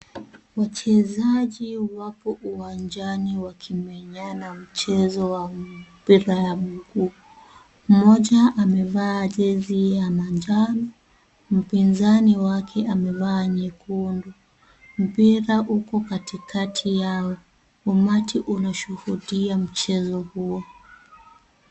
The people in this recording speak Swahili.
Wachezaji wapo uwanjani wakimenyana mchezo wa mpira ya mguu. Mmoja amevaa jezi ya manjano, mpinzani wake amevaa nyekundu. Mpira uko katikati yao. Umati unashuhudia mchezo huo.